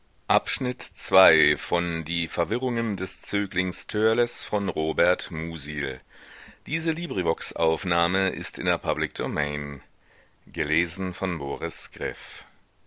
die verwirrungen des